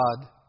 God